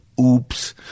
oops